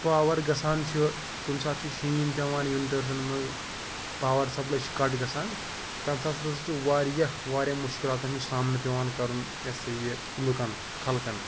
power گَژھان چھُ کُنہِ ساتہٕ چھُ شیٖن پٮ۪وان وِنٹٲرٕسَن منٛز پاوَر سَپلاے چھِ کَٹ گَژھان تَمہِ ساتہٕ ہَسا چھُ واریاہ واریاہ مُشکِلاتَن ہُنٛد سامنہٕ پٮ۪وان کَرُن یہِ ہَسا یہِ لُکَن خلقَن